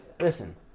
Listen